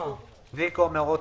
כפי שנאמר פה.